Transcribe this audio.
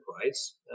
price